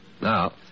Now